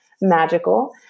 magical